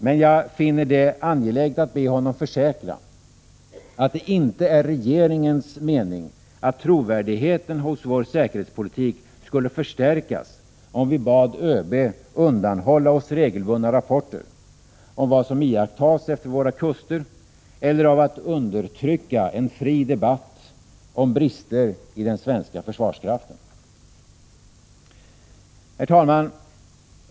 Men jag finner det angeläget att be honom försäkra att det inte är regeringens mening att trovärdigheten hos vår säkerhetspolitik skulle förstärkas, om vi bad ÖB undanhålla oss regelbundna rapporter om vad som iakttas efter våra kuster eller av ett undertryckande av en fri debatt om brister i den svenska försvarskraften. Herr talman!